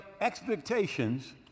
expectations